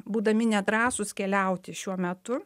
būdami nedrąsūs keliauti šiuo metu